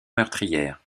meurtrière